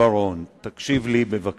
כבוד השר, כבוד השר בר-און, תקשיב לי בבקשה.